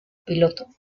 piloto